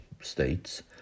states